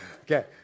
Okay